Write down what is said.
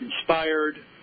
inspired